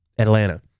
Atlanta